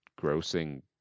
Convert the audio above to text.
grossing